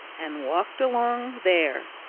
and walked along there,